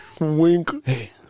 Wink